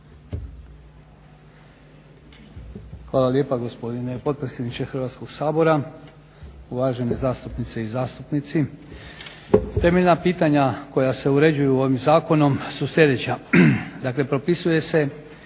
Hvala lijepa gospodine potpredsjedniče Hrvatskoga sabora. Uvažene zastupnice i zastupnici. Temeljna pitanja koja se uređuju ovim zakonom su sljedeća.